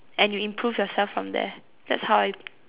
and you improve yourself from there that's how I